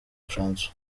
françois